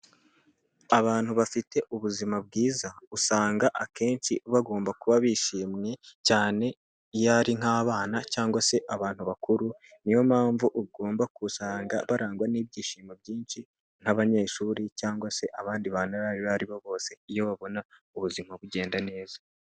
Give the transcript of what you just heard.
Abantu bafite ubuzima bwiza usanga akenshi bagomba kuba bishimye cyane iyo ari nk'abana cyangwa se abantu bakuru. Niyo mpamvu ugomba gusanga barangwa n'ibyishimo byinshi nk'abanyeshuri cyangwa se abandi bantu abo ari aribo bose, iyo babona ubuzima bugenda neza.